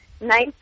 nice